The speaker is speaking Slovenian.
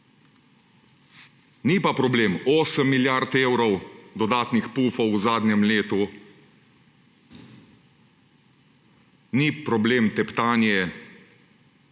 Ni pa problem 8 milijard evrov dodatnih pufov v zadnjem letu, ni problem teptanje